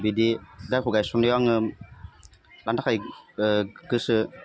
बिदि गावखौ गायसन्नायाव आङो लानो थाखाय गोसो